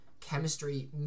chemistry